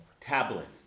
tablets